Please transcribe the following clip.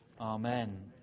Amen